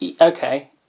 okay